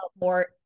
more